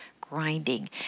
grinding